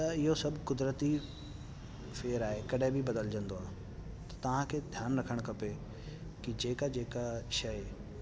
त इहो सभु कुदरती फेरु आहे कॾहिं बि बदिलजंदो आहे त तव्हांखे ध्यानु रखण खपे की जेका जेका शइ